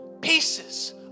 pieces